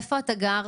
איפה אתה גר?